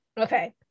okay